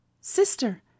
sister